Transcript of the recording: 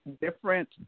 different